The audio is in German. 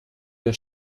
der